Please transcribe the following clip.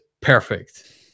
perfect